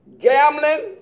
gambling